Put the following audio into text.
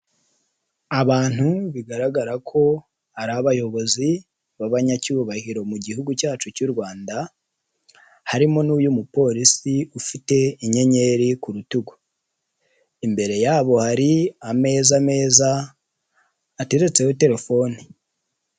Abantu bigaragara ko ari abayobozi b'abanyacyubahiro mu gihugu cyacu cy'u Rwanda, harimo n'uyu mupolisi ufite inyenyeri ku rutugu. Imbere yabo hari ameza meza, atetseho telefoni.